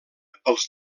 pels